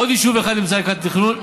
עוד יישוב אחד נמצא לקראת תכנון.